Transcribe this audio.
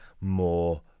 more